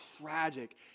tragic